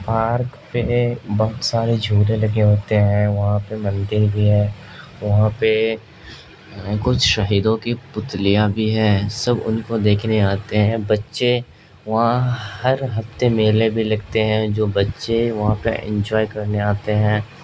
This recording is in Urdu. پارک پہ بہت سارے جھولے لگے ہوتے ہیں وہاں پہ مندر بھی ہے وہاں پہ کچھ شہیدوں کی پتلیاں بھی ہیں سب ان کو دیکھنے آتے ہیں بچے وہاں ہر ہفتے میلے بھی لگتے ہیں جو بچے وہاں پہ انجوائے کرنے آتے ہیں